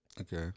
Okay